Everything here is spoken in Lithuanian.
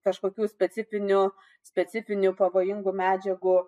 kažkokių specifinių specifinių pavojingų medžiagų